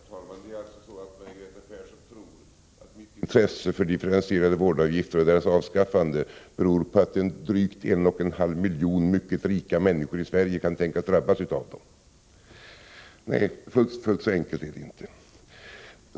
Herr talman! Jag förstår att Margareta Persson tror att mitt intresse för de differentierade vårdavgifternas avskaffande beror på att drygt 1,5 miljoner mycket rika människor i Sverige kan tänkas drabbas av dessa avgifter. Nej, fullt så enkelt är det inte.